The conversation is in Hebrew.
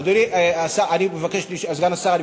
אדוני סגן השר,